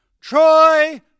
Troy